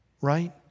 Right